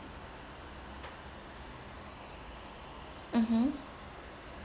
mmhmm